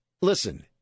listen